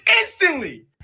instantly